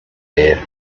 air